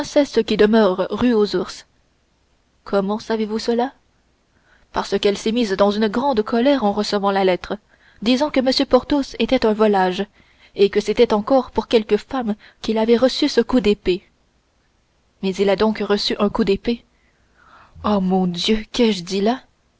princesse qui demeure rue aux ours comment savez-vous cela parce qu'elle s'est mise dans une grande colère en recevant la lettre disant que m porthos était un volage et que c'était encore pour quelque femme qu'il avait reçu ce coup d'épée mais il a donc reçu un coup d'épée ah mon dieu qu'ai-je dit là